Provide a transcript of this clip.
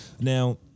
Now